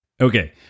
Okay